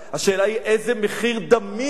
השאלה היא איזה מחיר דמים,